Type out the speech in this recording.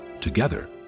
together